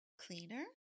cleaner